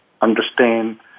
understand